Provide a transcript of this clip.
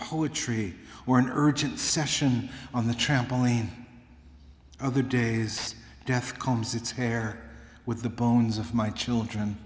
poetry or an urgent session on the trampoline other days death comes its hair with the bones of my children